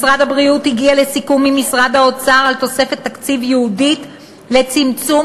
משרד הבריאות הגיע לסיכום עם משרד האוצר על תוספת תקציב ייעודית לצמצום